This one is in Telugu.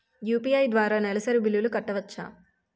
యు.పి.ఐ ద్వారా నెలసరి బిల్లులు కట్టవచ్చా?